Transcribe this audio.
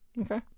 okay